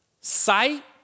sight